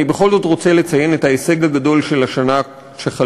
אני בכל זאת רוצה לציין את ההישג הגדול של השנה שחלפה,